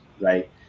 right